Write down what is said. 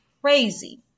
crazy